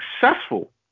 successful